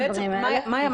מאיה,